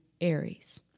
Aries